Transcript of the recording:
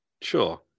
sure